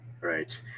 Right